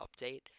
update